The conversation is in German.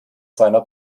seiner